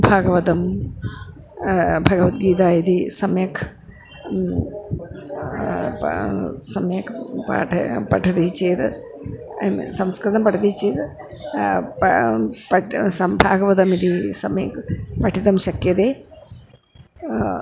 भागवतं भगवद्गीदा यदि सम्यक् सम्यक् पाठं पठति चेत् संस्कृतं पठति चेत् पाठं पठ सं भागवतमिति सम्यक् पठितुं शक्यते